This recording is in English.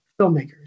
filmmakers